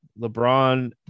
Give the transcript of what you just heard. LeBron